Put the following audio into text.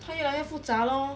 他越来越复杂 lor